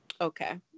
Okay